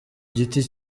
giti